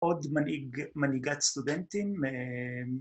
‫עוד מנהיגת סטודנטים.